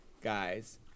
guys